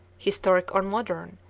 historic or modern,